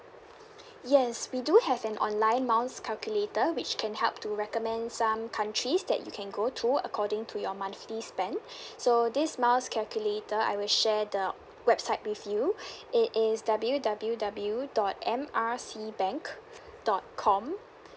yes we do have an online miles calculator which can help to recommend some countries that you can go to according to your monthly spend so these miles calculator I will share the website with you it is W_W_W dot M R C bank dot com